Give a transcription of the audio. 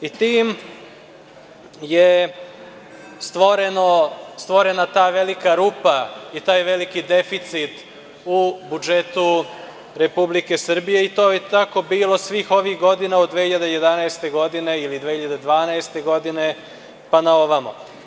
Time je stvorena ta velika rupa i taj veliki deficit u budžetu Republike Srbije i to je tako bilo svih ovih godina, od 2011. ili 2012. godine pa na ovamo.